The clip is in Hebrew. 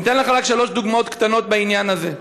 אני אתן לך רק שלוש דוגמאות קטנות בעניין הזה: